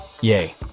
Yay